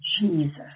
Jesus